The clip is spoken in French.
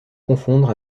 confondre